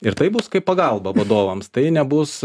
ir taip bus kai pagalba vadovams tai nebus